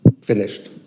finished